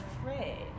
afraid